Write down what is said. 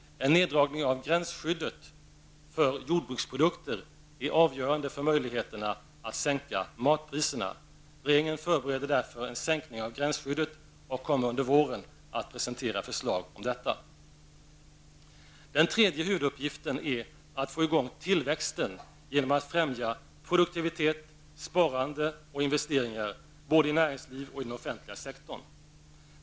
En neddragning av gränsskyddet för jordbruksprodukter är avgörande för möjligheterna att sänka matpriserna. Regeringen förbereder därför en sänkning av gränsskyddet och kommer under våren att presenterna förslag om detta. Den tredje huvuduppgiften är att få i gång tillväxten genom att främja produktivitet, sparande och investeringar både i näringsliv och i den offentliga sektorn.